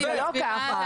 זה לא ככה.